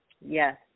Yes